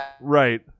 Right